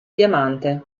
diamante